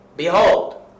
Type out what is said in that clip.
Behold